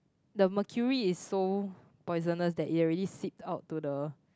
the mercury is so poisonous that it already seep out to the